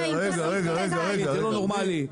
זה לא נורמלי.